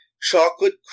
chocolate